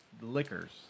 liquors